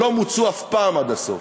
לא מוצו אף פעם עד הסוף,